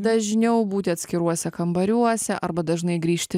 dažniau būti atskiruose kambariuose arba dažnai grįžti